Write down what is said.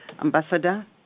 Ambassador